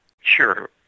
Sure